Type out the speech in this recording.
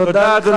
תודה לך.